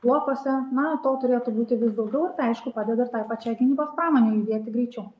plotuose na to turėtų būti vis daugiau ir tai aišku padeda ir tai pačiai gynybos pramonei judėti greičiau